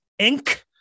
Inc